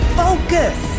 focus